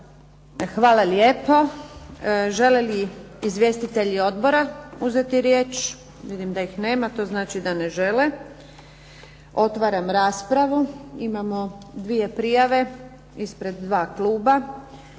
Hvala lijepo. Žele li izvjestitelji odbora uzeti riječ? Vidim da ih nema. To znači da ne žele. Otvaram raspravu. Imamo dvije prijave ispred dva kluba.